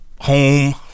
Home